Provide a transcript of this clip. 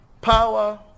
Power